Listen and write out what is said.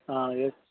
yes